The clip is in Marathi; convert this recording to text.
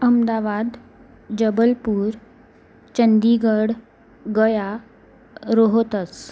अहमदाबाद जबलपूर चंदीगढ गया रोहोतास